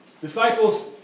Disciples